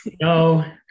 no